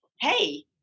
hey